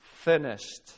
finished